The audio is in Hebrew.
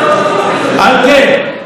על כן,